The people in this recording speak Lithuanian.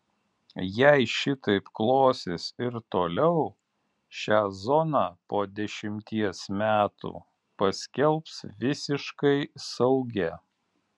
jei šitaip klosis ir toliau šią zoną po dešimties metų paskelbs visiškai saugia